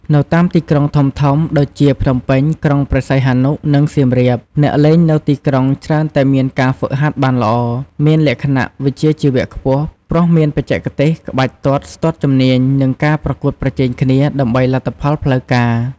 នៅតាមទីក្រុងធំៗ ដូចជា ភ្នំពេញ ក្រុងព្រះសីហនុ និងសៀមរាប អ្នកលេងនៅទីក្រុងច្រើនតែមានការហ្វឹកហាត់បានល្អ មានលក្ខណៈវិជ្ជាជីវៈខ្ពស់ ព្រោះមានបច្ចេកទេសក្បាច់ទាត់ស្ទាត់ជំនាញ និងការប្រកួតប្រជែងគ្នាដើម្បីលទ្ធផលផ្លូវការ។